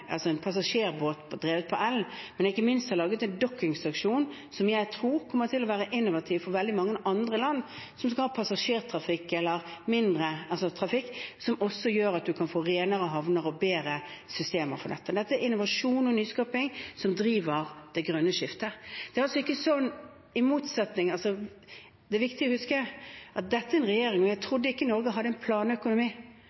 drevet med elektrisitet, og ikke minst laget en dokkingstasjon som jeg tror kommer til å være innovativ for veldig mange andre land som skal ha passasjertrafikk, eller mindre, trafikk, noe som også gjør at man kan få renere havner og bedre systemer. Dette er innovasjon og nyskaping som driver det grønne skiftet. Det er viktig å huske at dette er en regjering – jeg